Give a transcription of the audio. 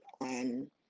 on